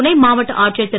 துணை மாவட்ட ஆட்சியர் திரு